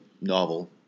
novel